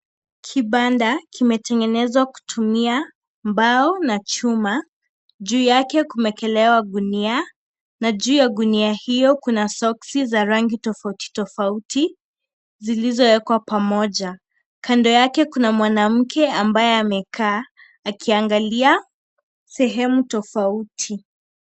Kibanda kimetengenezewa kutumia mbao na chuma. Juu yake kumewekelewa gunia na juu ya gunia hiyo kuna soksi za rangi tofauti tofauti, zilizowekwa pamoja. Kando yake, kuna mwanamke ambaye amekaa akiangalia sehemu tofauti.